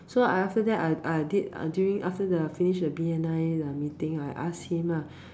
so I after that I I did a during after the finish the B_N_I the meeting right I ask him lah